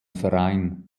verein